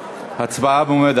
כן.